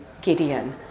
Gideon